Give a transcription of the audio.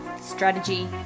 strategy